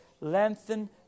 lengthen